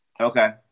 Okay